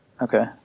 Okay